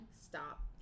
stop